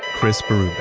chris berube